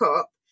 up